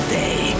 day